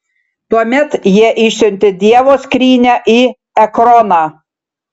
tuomet jie išsiuntė dievo skrynią į ekroną